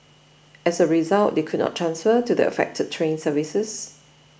as a result they could not transfer to the affected train services